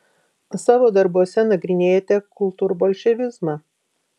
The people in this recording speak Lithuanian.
savo darbuose nagrinėjate kultūrbolševizmą